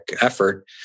effort